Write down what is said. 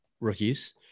rookies